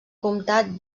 comtat